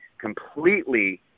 completely